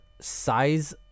size